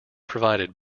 provided